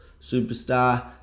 superstar